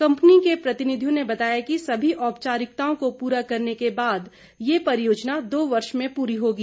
company के प्रतिनिधियों ने बताया कि सभी औपचारिकताओं को पूरा करने के बाद ये परियोजना दो वर्ष में पूरी होगी